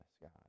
God